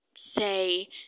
say